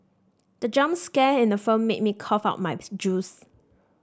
the jump scare in the film made me cough out my juice